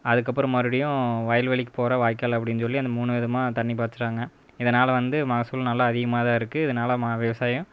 அதுக்கப்புறம் மறுபடியும் வயல் வெளிக்கு போகிற வாய்க்கால் அப்படின்னு சொல்லி அந்த மூணு விதமாக தண்ணி பாய்ச்சிறாங்க இதனால் வந்து மகசூல் நல்ல அதிகமாகதான் இருக்குது இதனால் மா விவசாயம்